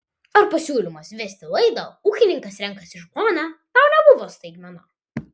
ar pasiūlymas vesti laidą ūkininkas renkasi žmoną tau nebuvo staigmena